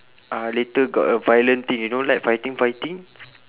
uh later got a violent thing you know like fighting fighting